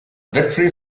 victory